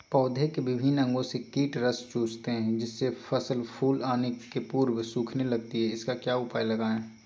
पौधे के विभिन्न अंगों से कीट रस चूसते हैं जिससे फसल फूल आने के पूर्व सूखने लगती है इसका क्या उपाय लगाएं?